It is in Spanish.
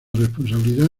responsabilidad